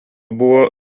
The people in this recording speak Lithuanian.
buvo